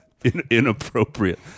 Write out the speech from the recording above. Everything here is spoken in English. Inappropriate